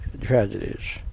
tragedies